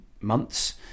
months